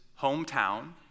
hometown